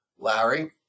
Larry